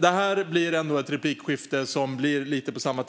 Det här blir ett replikskifte på samma